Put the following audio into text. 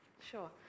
Sure